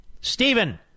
Stephen